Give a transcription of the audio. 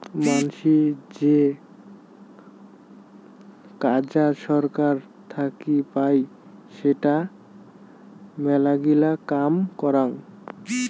মানাসী যে কাজা সরকার থাকি পাই সেটা মেলাগিলা কাম করং